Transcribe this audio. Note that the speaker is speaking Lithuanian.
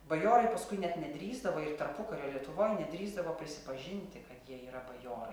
bajorai paskui net nedrįsdavo ir tarpukario lietuvoj nedrįsdavo prisipažinti kad jie yra bajorai